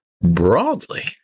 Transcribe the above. broadly